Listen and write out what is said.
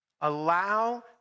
allow